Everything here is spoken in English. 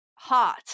hot